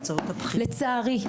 לצערי,